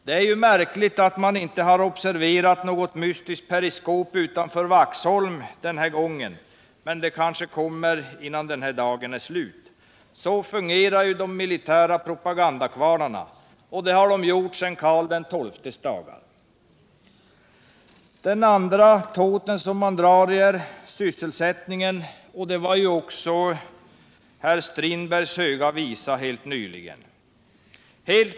Det är märkligt att man inte observerat något mystiskt periskop utanför Vaxholm, men det kanske kommer innan denna dag är slut. Så fungerar de militära propagandakvarnarna och har så gjort sedan Karl XII:s dagar. Den andra tåten man drar i iär sysselsättningen. Det var Per-Olof Strindbergs höga visa helt nyliger..